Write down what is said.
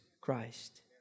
Christ